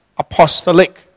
Apostolic